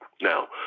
Now